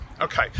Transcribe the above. Okay